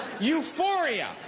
Euphoria